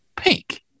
pink